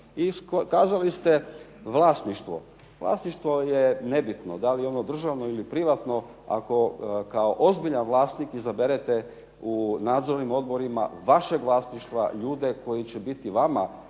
kazali ste, vlasništvo. Vlasništvo je nebitno, da li je ono državno ili privatno ako kao ozbiljan vlasnik izaberete u nadzornim odborima vašeg vlasništva ljude koji će biti vama